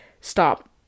stop